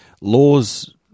laws